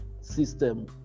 system